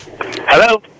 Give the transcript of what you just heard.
Hello